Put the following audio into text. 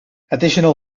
additional